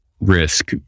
risk